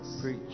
Preach